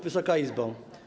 Wysoka Izbo!